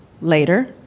later